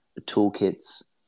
toolkits